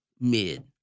mid